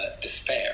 despair